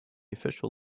official